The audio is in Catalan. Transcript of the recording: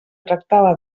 tractava